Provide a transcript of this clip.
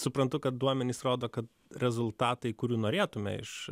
suprantu kad duomenys rodo kad rezultatai kurių norėtumėme iš